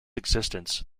existence